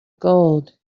gold